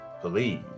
please